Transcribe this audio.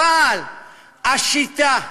אבל השיטה,